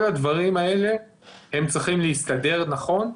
כל הדברים האלה צריכים להסתדר נכון,